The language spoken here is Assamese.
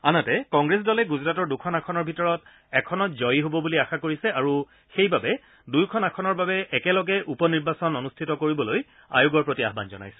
আনহাতে কংগ্ৰেছ দলে গুজৰাটৰ দুখন আসনৰ ভিতৰত এখনত জয়ী হ'ব বুলি আশা কৰিছে আৰু সেইবাবে দুয়োখন আসনৰ বাবে একেলগে উপ নিৰ্বাচন অনুষ্ঠিত কৰিবলৈ আয়োগৰ প্ৰতি আহ্বান জনাইছে